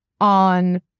on